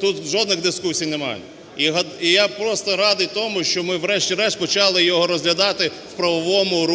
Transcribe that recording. тут жодних дискусій нема. І я просто радий тому, що ми, врешті-решт, почали його розглядати в правовому